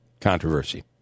controversy